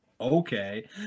okay